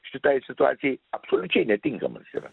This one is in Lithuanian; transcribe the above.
šitai situacijai absoliučiai netinkamas yra